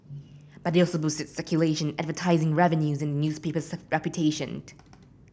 but they also boosted circulation advertising revenues and newspaper's reputation